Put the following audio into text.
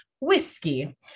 whiskey